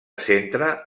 centra